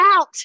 out